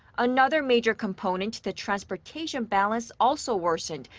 another major component, the transportation balance, also worsened,